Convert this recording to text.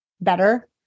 better